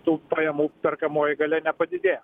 tų pajamų perkamoji galia nepadidėjo